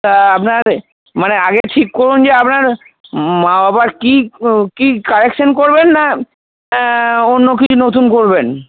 আপনার মানে আগে ঠিক করুন যে আপনার মা বাবার কি কি কারেকশান করবেন না অন্য কিছু নতুন করবেন